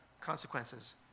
consequences